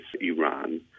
Iran